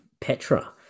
Petra